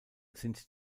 sind